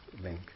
link